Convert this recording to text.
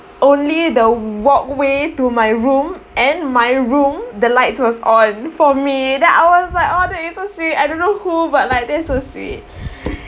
only the walkway to my room and my room the lights was on for me then I was like !aww! that is so sweet I don't know who but like that's so sweet